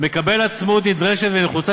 מקבל עצמאות נדרשת ונחוצה,